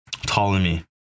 Ptolemy